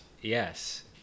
Yes